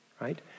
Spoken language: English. Right